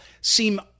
seem